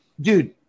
dude